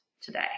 today